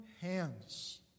hands